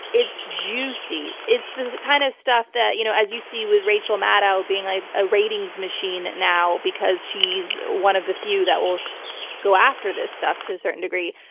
it's juicy. it's the kind of stuff that, you know as you see with rachel maddow being a ratings machine now because she's one of the few that will go after this stuff to a certain degree,